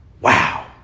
Wow